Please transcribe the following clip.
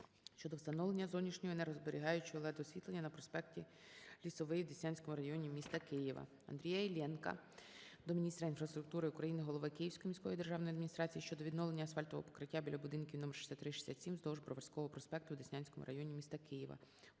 щодо встановлення зовнішнього енергозберігаючого LED-освітлення на проспекті Лісовий в Деснянському районі міста Києва. Андрія Іллєнка до Міністра інфраструктури України, голови Київської міської державної адміністрації щодо відновлення асфальтового покриття біля будинків № 63-67 вздовж Броварського проспекту у Деснянському районі міста Києва.